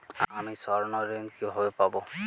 আমি স্বর্ণঋণ কিভাবে পাবো?